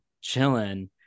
chilling